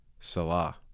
Salah